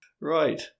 Right